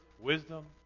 wisdom